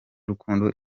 rukundo